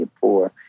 poor